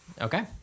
Okay